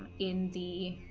in the